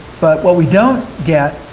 but what we don't get,